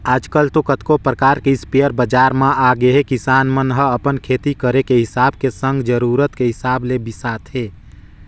आजकल तो कतको परकार के इस्पेयर बजार म आगेहे किसान मन ह अपन खेती करे के हिसाब के संग जरुरत के हिसाब ले बिसाथे